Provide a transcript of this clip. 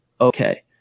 okay